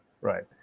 Right